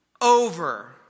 over